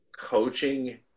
coaching